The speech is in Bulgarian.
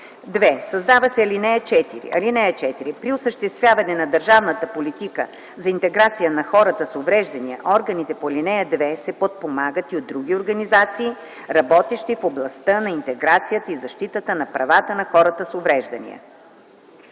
2. Създава се ал. 4: „(4) При осъществяване на държавната политика за интеграция на хората с увреждания органите по ал. 2 се подпомагат и от други организации, работещи в областта на интеграцията и защитата на правата на хората с увреждания.”